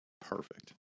perfect